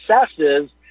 successes